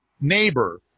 neighbor